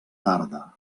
tarda